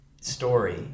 story